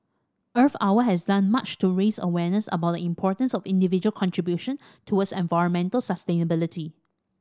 Earth Hour has done much to raise awareness about the importance of individual contribution towards environmental sustainability